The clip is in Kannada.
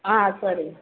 ಆಂ ಸರಿ